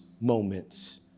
moments